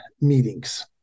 meetings